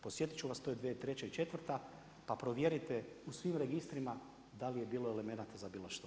Podsjetiti ću vas to je 2003. i 2004. pa provjerite u svim registrima da li je bilo elemenata za bilo što.